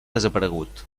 desaparegut